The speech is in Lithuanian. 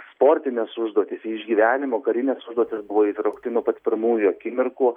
sportines užduotis išgyvenimo karines užduotis buvo įtraukti nuo pat pirmųjų akimirkų